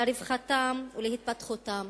לרווחתם ולהתפתחותם